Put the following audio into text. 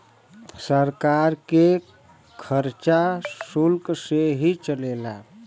सरकार के खरचा सुल्क से ही चलेला